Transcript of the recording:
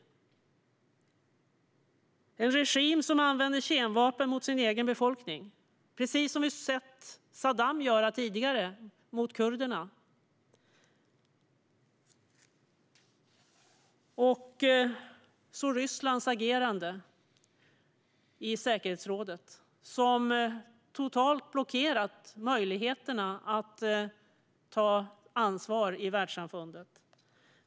Vi ser en regim som använder kemvapen mot sin egen befolkning, precis som vi sett Saddam göra tidigare mot kurderna. Vi ser också Rysslands agerande i säkerhetsrådet. Man har totalt blockerat möjligheterna att ta ansvar i världssamfundet.